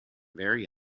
vary